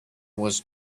was